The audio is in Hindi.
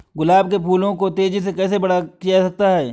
गुलाब के फूलों को तेजी से कैसे बड़ा किया जा सकता है?